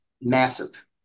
massive